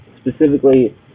specifically